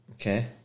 Okay